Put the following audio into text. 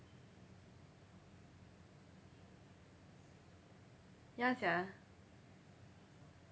ya sia